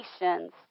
nations